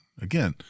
Again